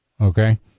okay